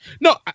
No